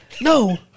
No